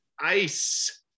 ice